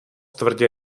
tvrdě